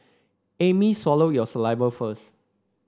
Amy swallow your saliva first